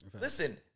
Listen